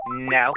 No